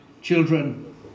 children